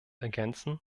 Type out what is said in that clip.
ergänzen